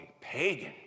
pagan